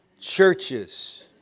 churches